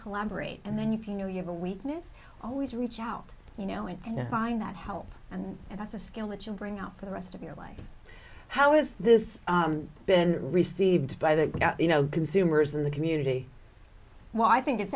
collaborate and then you can you have a weakness always reach out you know and find that help and that's a skill that you bring out the rest of your life how has this been received by that you know consumers in the community why i think it's